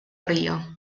río